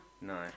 No